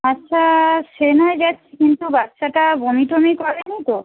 আচ্ছা সে না হয় যাচ্ছি কিন্তু বাচ্চাটা বমি টমি করেনি তো